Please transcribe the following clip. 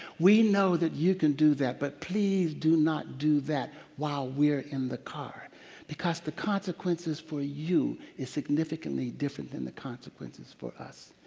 we know that you can do that but please do not do that while we're in the car because the consequences for you are significantly different than the consequences for us.